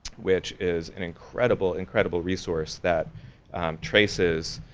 which is an incredible, incredible resource that traces,